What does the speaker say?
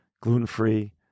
gluten-free